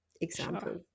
example